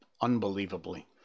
unbelievably